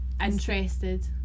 interested